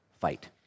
fight